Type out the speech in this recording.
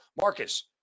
Marcus